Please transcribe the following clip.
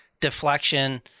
deflection